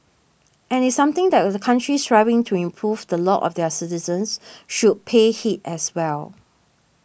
and it's something that countries striving to improve the lot of their citizens should pay heed as well